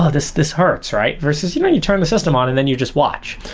ah this this hurts, right? versus, you know you turn the system on and then you just watch.